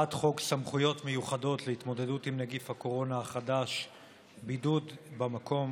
הצעת חוק סמכויות מיוחדות להתמודדות עם נגיף הקורונה החדש (בידוד במקום